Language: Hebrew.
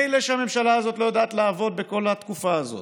מילא שהממשלה הזאת לא יודעת לעבוד בכל התקופה הזאת,